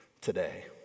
today